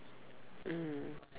mm